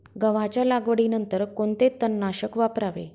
गव्हाच्या लागवडीनंतर कोणते तणनाशक वापरावे?